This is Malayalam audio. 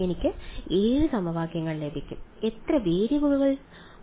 എനിക്ക് 7 സമവാക്യങ്ങൾ ലഭിക്കും എത്ര വേരിയബിളുകളിൽ